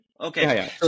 okay